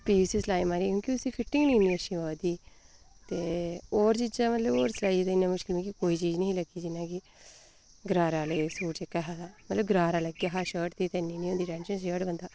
फ्ही उस्सी सलाई मारी क्योंकी उस्सी फिटिंग निं औनी अच्छी ओह्दी ते होर चीजां मतलब सलाई दी इन्ना मुश्कल मीं कोई चीज निं लग्गी जिन्ना एह् कि गरारा आह्ले सूट कीता हा ते मतलब गरारा लग्गेआ हा शर्ट ते इन्नी नीं होंदी बंदा